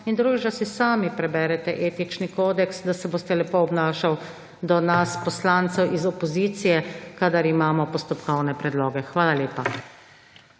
da si sami preberete etični kodeks, da se boste lepo obnašal do nas poslancev iz opozicije, kadar imamo postopkovne predloge. Hvala lepa.